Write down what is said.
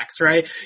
right